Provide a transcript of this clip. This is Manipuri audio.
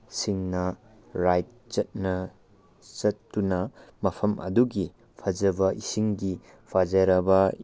ꯁꯤꯡꯅ ꯔꯥꯏꯠ ꯆꯠꯇꯨꯅ ꯃꯐꯝ ꯑꯗꯨꯒꯤ ꯐꯖꯕ ꯏꯁꯤꯡꯒꯤ ꯐꯖꯔꯕ